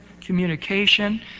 communication